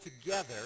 together